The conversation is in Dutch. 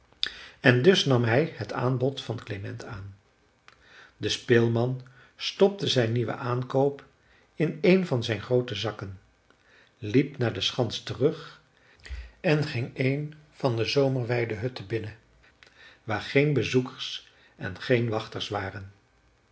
en dus nam hij het aanbod van klement aan de speelman stopte zijn nieuwen aankoop in een van zijn groote zakken liep naar de schans terug en ging een van de zomerweidehutten binnen waar geen bezoekers en geen wachters waren